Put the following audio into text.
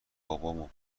بابامو